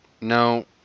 No